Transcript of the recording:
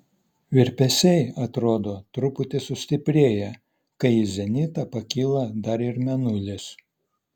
virpesiai atrodo truputį sustiprėja kai į zenitą pakyla dar ir mėnulis